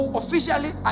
officially